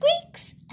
squeaks